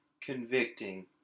convicting